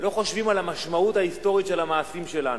ולא חושבים על המשמעות ההיסטורית של המעשים שלנו.